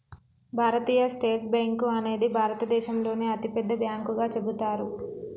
భారతీయ state bank అనేది భారతదేశంలోనే అతిపెద్ద బ్యాంకుగా చెబుతారు